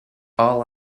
all